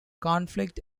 conflict